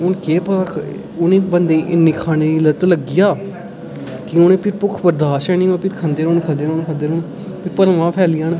हून केह् पता उ'नें बंदे गी इन्नी खाने गी लत्त लग्गी जा कि उ'नें फ्ही भुक्ख बर्दाशत निं होंदी खंदे रौह्न खंदे रौह्न फ्ही भलेआं गै फैली जान